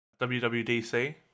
WWDC